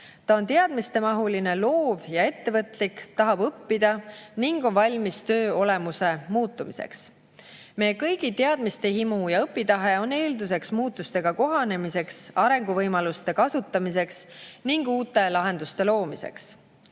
Ta on teadmistehimuline, loov ja ettevõtlik, tahab õppida ning on valmis töö olemuse muutumiseks." Meie kõigi teadmistehimu ja õpitahe on eelduseks muutustega kohanemiseks, arenguvõimaluste kasutamiseks ning uute lahenduste loomiseks.